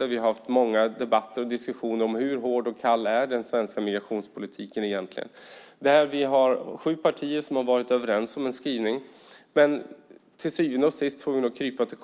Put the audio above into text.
Där har vi haft många debatter om hur hård och kall den svenska migrationspolitiken egentligen är. Där har sju partier varit överens om en skrivning. Men till syvende och sist får vi nog krypa till